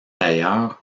ailleurs